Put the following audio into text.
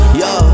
yo